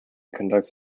conducts